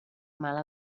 mala